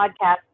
podcast